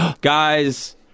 Guys